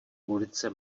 ulice